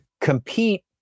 compete